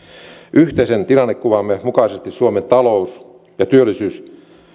yhteisen tilannekuvamme mukaisesti suomen talous ja työllisyys